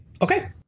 Okay